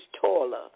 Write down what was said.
taller